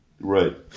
Right